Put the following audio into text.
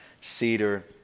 cedar